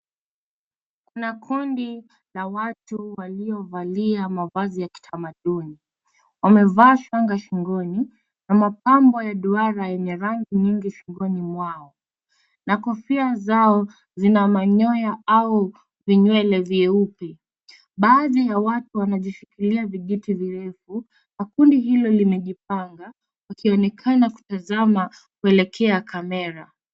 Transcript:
Kuna kundi la watu waliovalia mavazi ya kitamaduni. Wamevaa shanga shingoni na mapambo ya duara yenye rangi nyingi shingoni mwao. Na kofia zao zina manyoya au vinywele vyeupe. Baadhi ya watu wanajishikilia vijiti virefu na kundi hilo limejipanga wakionenaka kutazama kuelekea kamera.